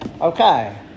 Okay